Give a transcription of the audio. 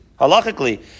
Halachically